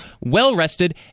well-rested